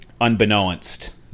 unbeknownst